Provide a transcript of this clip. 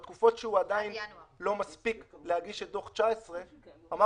זאת התשובה לעצמאיים שאין להם דמי אבטלה.